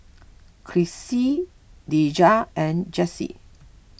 Crissie Deja and Jesse